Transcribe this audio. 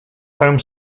home